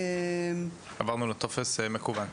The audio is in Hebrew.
עברנו לטופס מקוון.